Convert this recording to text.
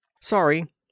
Sorry